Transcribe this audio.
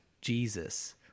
Jesus